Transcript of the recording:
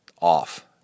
off